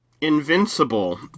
Invincible